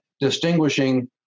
distinguishing